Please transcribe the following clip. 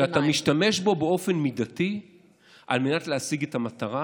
אתה משתמש בו באופן מידתי על מנת להשיג את המטרה,